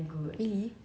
lee min ho [one]